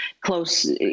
close